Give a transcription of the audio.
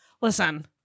listen